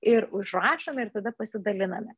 ir užrašome ir tada pasidaliname